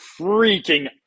freaking